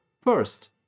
First